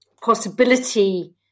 possibility